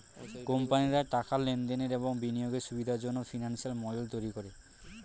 কোম্পানিরা টাকার লেনদেনের এবং বিনিয়োগের সুবিধার জন্যে ফিনান্সিয়াল মডেল তৈরী করে